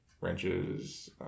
wrenches